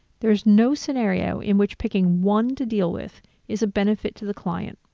there's no scenario in which picking one to deal with is a benefit to the client.